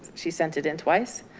she sent it in twice.